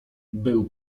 był